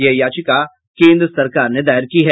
यह याचिका केन्द्र सरकार ने दायर की है